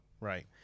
right